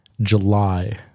July